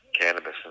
cannabis